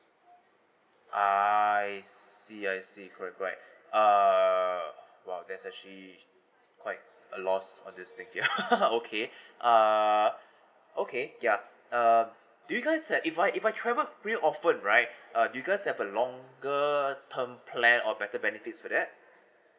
uh I see I see correct correct err about that actually quite a lots on thing ya okay uh okay ya um do you guys have if I if I travel real often right uh do you guys have a longer term plan or better benefits for that